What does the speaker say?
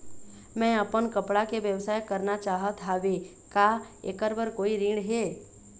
मैं अपन कपड़ा के व्यवसाय करना चाहत हावे का ऐकर बर कोई ऋण हे?